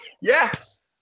yes